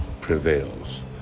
prevails